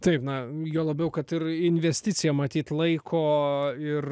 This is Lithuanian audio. taip na juo labiau kad ir investiciją matyt laiko ir